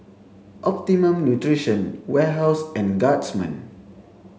Optimum Nutrition Warehouse and Guardsman